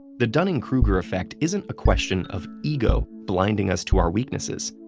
the dunning-kruger effect isn't a question of ego blinding us to our weaknesses.